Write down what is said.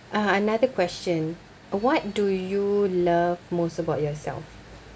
uh another question ah what do you love most about yourself